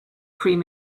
cream